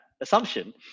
assumption